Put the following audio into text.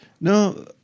No